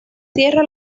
tierra